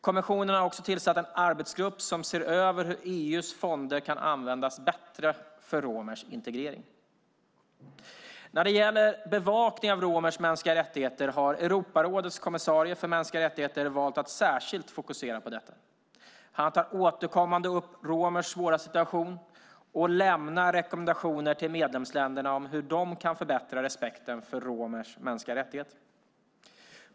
Kommissionen har också tillsatt en arbetsgrupp som ser över hur EU:s fonder kan användas bättre för romers integrering. När det gäller bevakning av romers mänskliga rättigheter har Europarådets kommissarie för mänskliga rättigheter valt att särskilt fokusera på detta. Han tar återkommande upp romers svåra situation och lämnar rekommendationer till medlemsländerna om hur de kan förbättra respekten för romers mänskliga rättigheter.